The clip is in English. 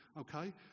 okay